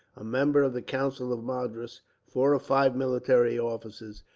a member of the council of madras, four or five military officers,